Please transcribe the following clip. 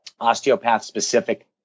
osteopath-specific